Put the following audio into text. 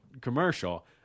commercial